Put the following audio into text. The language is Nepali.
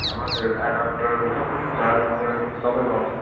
हजुर एडपटर चार्जर सबै पाउँछ